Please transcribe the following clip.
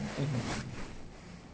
mm